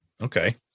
okay